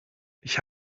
ich